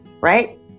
right